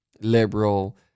liberal